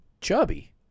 chubby